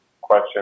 question